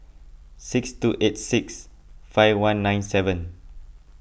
six two eight six five one nine seven